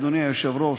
אדוני היושב-ראש,